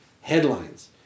headlines